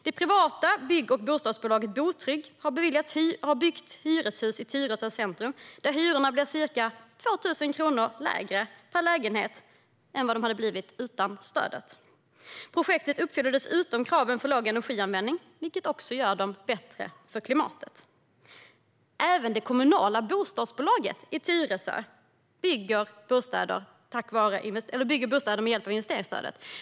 Det privata bygg och bostadsbolaget Botrygg har byggt hyreshus i Tyresö centrum där hyrorna blir ca 2 000 kronor lägre per lägenhet än vad de hade blivit utan stödet. Projektet uppfyller dessutom kraven för låg energianvändning, vilket också gör det bättre för klimatet. Även det kommunala bostadsbolaget i Tyresö bygger bostäder med hjälp av investeringsstödet.